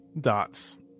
dots